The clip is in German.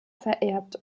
vererbt